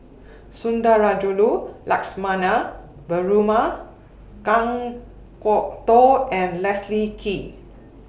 Sundarajulu Lakshmana Perumal Kan Kwok Toh and Leslie Kee